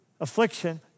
affliction